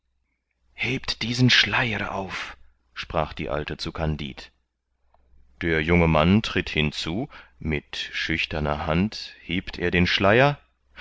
hebt diesen schleier auf sprach die alte zu kandid der junge mann tritt hinzu mit schüchterner hand hebt er den schleier